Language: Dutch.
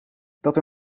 dat